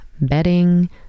bedding